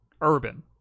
urban